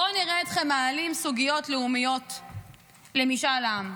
בואו נראה אתכם מעלים סוגיות לאומיות למשאל עם.